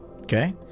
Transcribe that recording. Okay